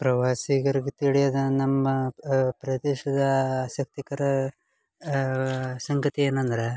ಪ್ರವಾಸಿಗರ್ಗೆ ತಿಳಿಯದ ನಮ್ಮ ಪ್ರದೇಶದ ಆಸಕ್ತಿಕರ ಸಂಗತಿ ಏನಂದ್ರೆ